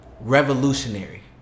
revolutionary